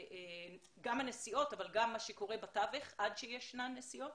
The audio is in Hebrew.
גם הנסיעות אבל גם מה שקורה בתווך עד שיש נסיעות.